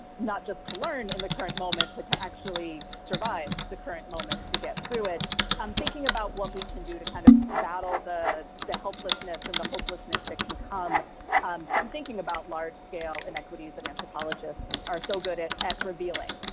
not just to learn in the current moment, but to actually survive the current moment to get through it, i'm thinking about what we can do to kind of battle the the helplessness and the hopelessness that can come from thinking about large-scale inequities that anthropologists are so good at at revealing,